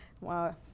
Wow